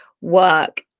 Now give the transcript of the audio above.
work